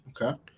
Okay